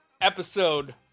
episode